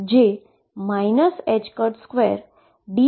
જે 2d2dx2 થશે